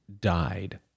died